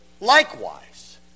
likewise